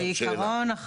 אז בעיקרון,